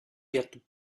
get